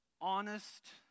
honest